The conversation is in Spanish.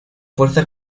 fuerza